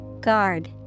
Guard